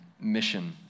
mission